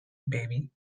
baby